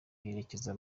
werekeza